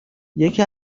یکی